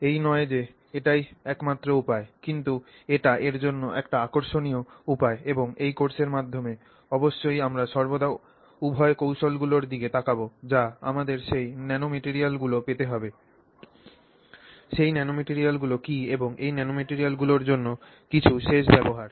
এই নয় যে এটিই একমাত্র উপায় কিন্তু এটি এর জন্য একটি আকর্ষণীয় উপায় এবং এই কোর্সের মাধ্যমে অবশ্যই আমরা সর্বদা উভয় কৌশলগুলির দিকে তাকাব যা আমাদের সেই ন্যানোমেটরিয়ালগুলি পেতে দেবে সেই ন্যানোম্যাটরিয়ালগুলি কী এবং এই ন্যানোম্যাটরিয়ালগুলির জন্য কিছু শেষ ব্যবহার